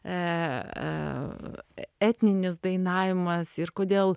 etninis dainavimas ir kodėl